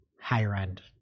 higher-end